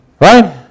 Right